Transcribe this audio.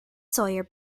sawyer